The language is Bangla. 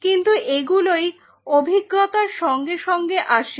কিন্তু এগুলোই অভিজ্ঞতার সঙ্গে সঙ্গে আসে